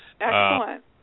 Excellent